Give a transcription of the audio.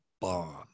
bomb